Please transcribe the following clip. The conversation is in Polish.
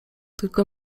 tylko